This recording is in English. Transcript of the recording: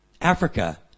Africa